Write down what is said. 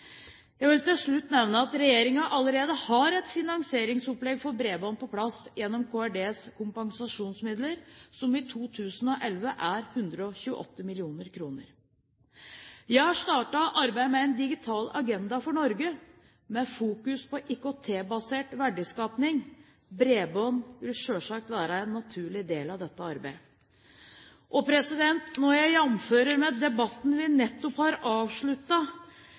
Jeg vil til slutt nevne at regjeringen allerede har et finansieringsopplegg for bredbånd på plass, gjennom Kommunal- og regionaldepartementets kompensasjonsmidler, som i 2011 er 128 mill. kr. Jeg har startet arbeidet med en Digital Agenda for Norge, med fokus på IKT-basert verdiskaping. Bredbånd vil selvsagt være en naturlig del av dette arbeidet. Når jeg jamfører med debatten vi nettopp har